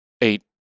eight